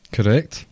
Correct